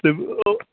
ਤੇ ਉਹ